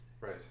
right